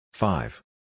Five